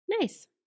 Nice